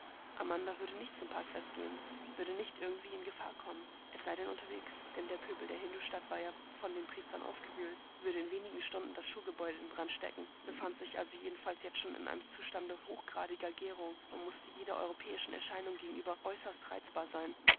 amanda würde nicht zum parkfest gehen würde nicht irgendwie in gefahr kommen es sei denn unterwegs denn der pöbel der hindustadt war ja von den priestern aufgewühlt würde in wenigen stunden das schulgebäude in brand stecken befand sich also jedenfalls jetzt schon in einem zustande hochgradiger gärung und mußte jeder europäischen erscheinung gegenüber äußerst reizbar sein